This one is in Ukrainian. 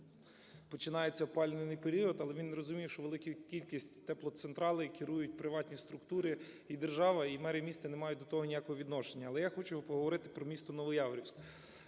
починається опалювальний період, але він не розуміє, що великою кількістю теплоцентралей керують приватні структури і держава, і мери міст не мають до того ніякого відношення. Але я хочу поговорити про містоНовояворівськ.